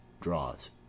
Draws